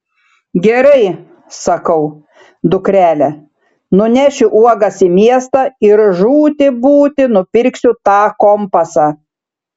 gerai sakau dukrele nunešiu uogas į miestą ir žūti būti nupirksiu tą kompasą